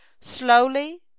slowly